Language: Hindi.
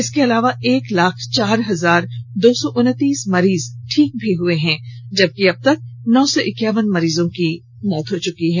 इसके अलावा एक लाख चार हजार दो सौ उनतीस मरीज ठीक भी हुए हैं जबकि अब तक नौ सौ एकावन मरीजों की मौत भी हो चुकी है